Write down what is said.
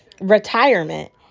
retirement